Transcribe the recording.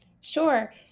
Sure